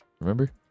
Remember